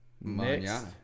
next